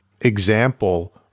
example